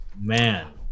man